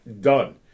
done